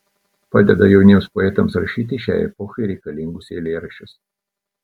padeda jauniems poetams rašyti šiai epochai reikalingus eilėraščius